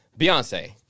Beyonce